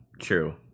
True